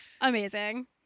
Amazing